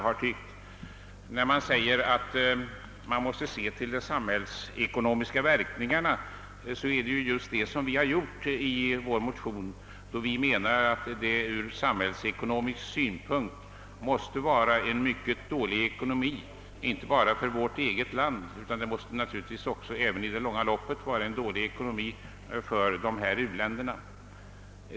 När det framhålles att man bör se till de samhällsekonomiska verkningarna, vill jag säga att det är just det som vi har gjort i vår motion, då vi påpekat att detta måste vara en mycket dålig ekonomi inte bara för vårt eget land utan naturligtvis i det långa loppet även för u-länderna.